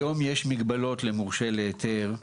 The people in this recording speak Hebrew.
היום יש מגבלות למורשה להיתר,